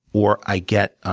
or i get